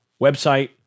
website